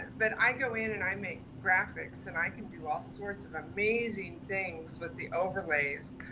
but i go in and i make graphics and i can do all sorts of amazing things with the overlays